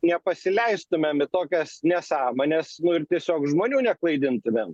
nepasileistumėm į tokias nesąmones ir tiesiog žmonių neklaidintumėm